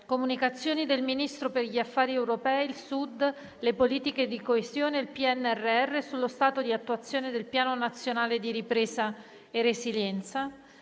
Comunicazioni del Ministro per gli affari europei, il Sud, le politiche di coesione e il PNRR sullo stato di attuazione del Piano nazionale di ripresa e resilienza